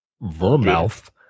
vermouth